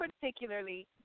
particularly